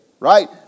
right